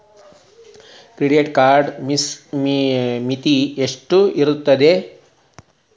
Credit ಕಾರ್ಡದು ಮಿತಿ ಎಷ್ಟ ಇರ್ತದ?